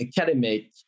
academic